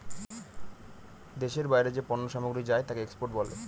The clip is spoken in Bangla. দেশের বাইরে যে পণ্য সামগ্রী যায় তাকে এক্সপোর্ট বলে